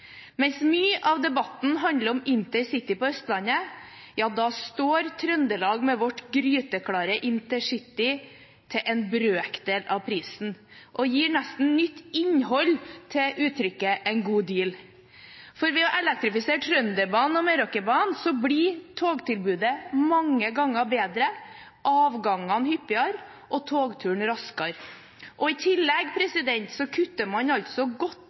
Mens mye av debatten handler om intercity på Østlandet, står Trøndelag med vårt gryteklare intercity til en brøkdel av prisen og gir nesten nytt innhold til uttrykket «en god deal». For ved å elektrifisere Trønderbanen og Meråkerbanen blir togtilbudet mange ganger bedre, avgangene hyppigere og togturen raskere. I tillegg kutter man altså godt